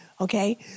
Okay